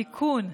תיקון,